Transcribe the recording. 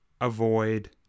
avoid